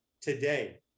today